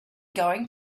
going